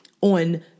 on